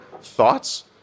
thoughts